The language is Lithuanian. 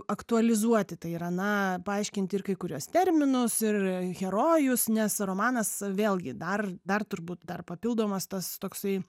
aktualizuoti tai yra na paaiškinti ir kai kuriuos terminus ir herojus nes romanas vėlgi dar dar turbūt dar papildomas tas toksai